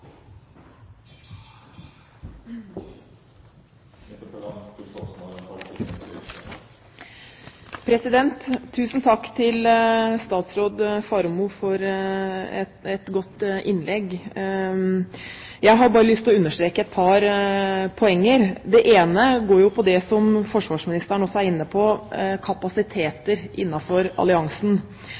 Tusen takk til statsråd Faremo for et godt innlegg. Jeg har bare lyst til å understreke et par poenger. Det ene går på det som forsvarsministeren også er inne på, nemlig kapasiteter innenfor alliansen.